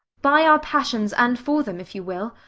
by our passions, and for them, if you will.